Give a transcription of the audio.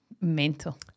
Mental